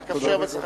חג כשר ושמח.